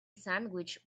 sandwich